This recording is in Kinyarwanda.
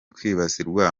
kwibasirwa